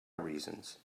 reasons